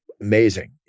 amazing